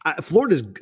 Florida's